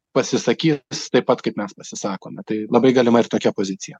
pasisakys taip pat kaip mes pasisakome tai labai galima ir tokia pozicija